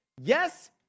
Yes